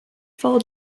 fall